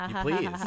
please